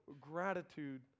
gratitude